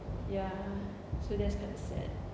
ya so that's kind of sad